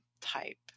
type